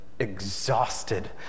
Exhausted